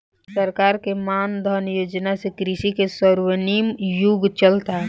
सरकार के मान धन योजना से कृषि के स्वर्णिम युग चलता